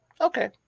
okay